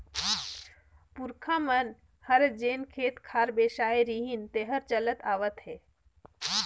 पूरखा मन हर जेन खेत खार बेसाय रिहिन तेहर चलत आवत हे